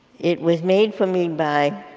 it was made for me by